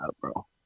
bro